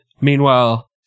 Meanwhile